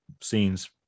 scenes